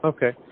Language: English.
Okay